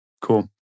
Cool